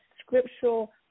scriptural